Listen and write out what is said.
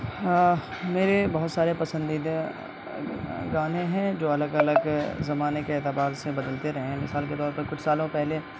ہاں میرے بہت سارے پسندیدہ گانے ہیں جو الگ الگ زمانے کے اعتبار سے بدلتے رہے ہیں مثال کے طور پر کچھ سالوں پہلے